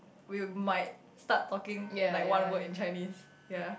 we might start talking like one word in Chinese ya